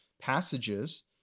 passages